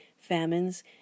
famines